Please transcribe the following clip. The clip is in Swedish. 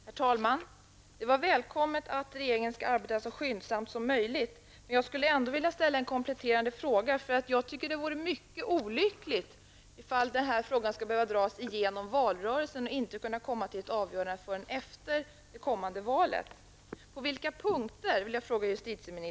Herr talman! Det var välkommet att regeringen skall arbeta så skyndsamt som möjligt. Men jag skulle ändå vilja ställa en kompletterande fråga, eftersom jag tycker att det vore mycket olyckligt om frågan skulle behöva dras igenom valrörelsen och inte kunde avgöras förrän efter det kommande valet.